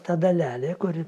ta dalelė kuri